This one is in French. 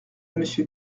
monsieur